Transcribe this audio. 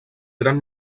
gran